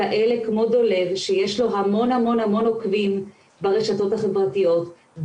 כאלה כמו דולב שיש לו המון עוקבים ברשתות החברתיות,